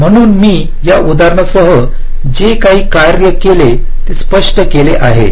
म्हणून मी या उदाहरणासह जे काही कार्य केले ते येथे स्पष्ट केले आहे